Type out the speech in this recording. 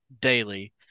daily